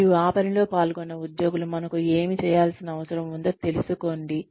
మరియు ఆ పనిలో పాల్గొన్న ఉద్యోగులు మనకు ఏమి చేయాల్సిన అవసరం ఉందో తెలుసుకోండి